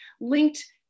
linked